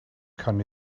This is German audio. kann